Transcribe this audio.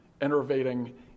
enervating